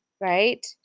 right